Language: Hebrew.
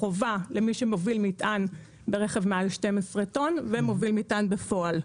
חובה למי שמוביל מטען ברכב מעל 12 טון ומוביל מטען בפועל.